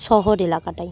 শহর এলাকাটায়